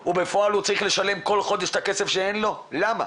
ובפועל הוא צריך לשלם כל חודש את הכסף שאין לו למה?